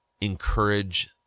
encourage